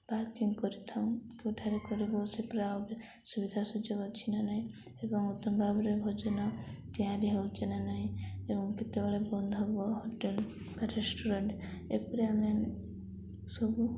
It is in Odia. ପାର୍କିଙ୍ଗ କରିଥାଉ କେଉଁଠାରେ କରିବୁ ସେ ସୁବିଧା ସୁଯୋଗ ଅଛି ନା ନାହିଁ ଏବଂ ଉତ୍ତମ ଭାବରେ ଭୋଜନ ତିଆରି ହେଉଛି ନା ନାହିଁ ଏବଂ କେତେବେଳେ ବନ୍ଦ ହବ ହୋଟେଲ ବା ରେଷ୍ଟୁରାଣ୍ଟ ଏପରି ଆମେ ସବୁ